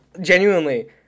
genuinely